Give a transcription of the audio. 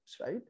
right